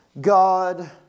God